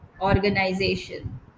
organization